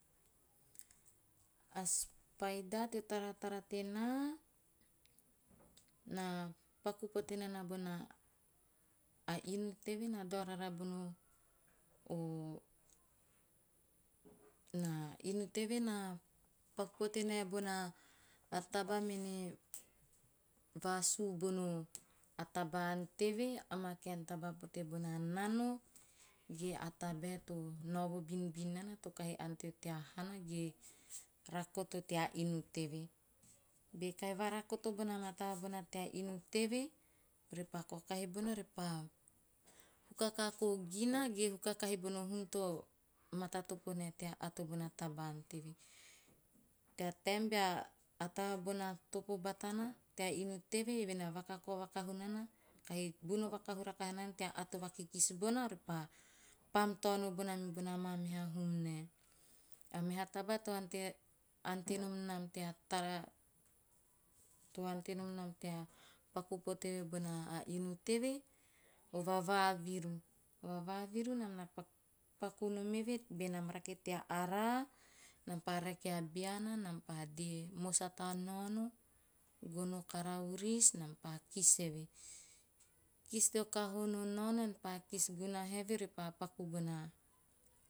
A spider teo taratara tenaa, na paku pote nana bona inu teve na paku pote nae bona taba mene vaasu bono, a taba ann teve. Amaa kaen taba pote bona nano, ge a tabae to naovo binbin nana to kahi anteu tea hana ge rakoto tea inu teve. Be kahi va rakoto bona maa taba bona tea inu teve, repa kaokahi bona repa huka kako gina ge huka kahi bono hum to kahi matatopo nae tea ato bona taba ann teve. Tea taem bea taba bona topo batana tea inu teve, eve na vakahu rakaha nana tea ato vakikis bona repa pam taono bona mibona maa meha hum nae. A meha taba to ante nom nam tea tara, to ante nom nam tea tara, to ante nom nam tea paku pete nam bona- inu teve, o vavaviru. O vavaviru nam na paku nom eve benam rake tea araa, nam pa rake a beana de. Mos ata naono, gono kara uris, nam pa kis eve. Kis teo kaho nio naono ean pa kis gunaha eve repa paku bona.